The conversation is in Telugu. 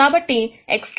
కాబట్టి X̂ అనేది c1v1c2v2